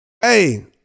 Hey